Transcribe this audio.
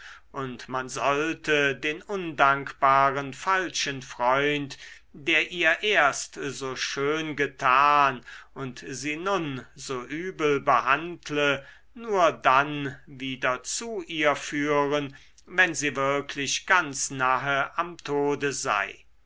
und man sollte den undankbaren falschen freund der ihr erst so schön getan und sie nun so übel behandle nur dann wieder zu ihr führen wenn sie wirklich ganz nahe am tode sei